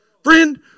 Friend